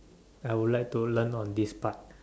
I would like to learn on this part